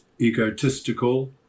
egotistical